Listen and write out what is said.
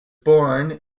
born